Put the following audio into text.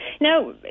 Now